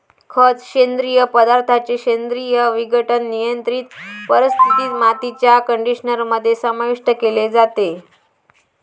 खत, सेंद्रिय पदार्थांचे सेंद्रिय विघटन, नियंत्रित परिस्थितीत, मातीच्या कंडिशनर मध्ये समाविष्ट केले जाते